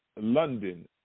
London